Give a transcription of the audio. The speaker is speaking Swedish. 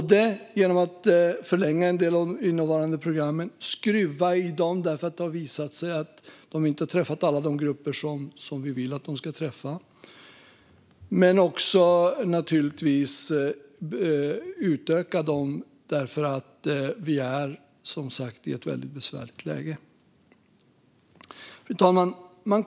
Det handlar om att förlänga en del av de innevarande programmen - och skruva i dem, eftersom det har visat sig att de inte har träffat alla de grupper vi vill att de ska träffa - men naturligtvis också om att utöka dem, för vi är som sagt i ett väldigt besvärligt läge. Fru talman!